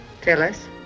Phyllis